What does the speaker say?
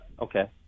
okay